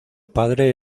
padre